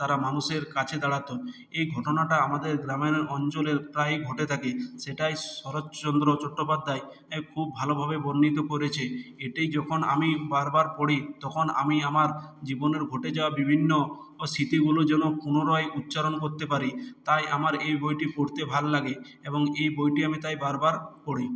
তারা মানুষের কাছে দাঁড়াত এই ঘটনাটা আমাদের গ্রামের অঞ্চলে প্রায়ই ঘটে থাকে সেটাই শরৎচন্দ্র চট্টোপাধ্যায় এ খুব ভালোভাবে বর্ণিত করেছে এটি যখন আমি বারবার পড়ি তখন আমি আমার জীবনের ঘটে যাওয়া বিভিন্ন স্মৃতিগুলো যেন পুনরায় উচ্চারণ করতে পারি তাই আমার এই বইটি পড়তে ভাল লাগে এবং এই বইটি আমি তাই বারবার পড়ি